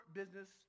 business